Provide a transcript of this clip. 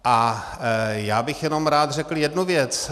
A já bych jenom rád řekl jednu věc.